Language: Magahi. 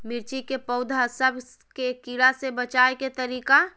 मिर्ची के पौधा सब के कीड़ा से बचाय के तरीका?